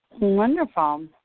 Wonderful